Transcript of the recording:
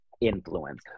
influence